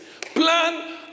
Plan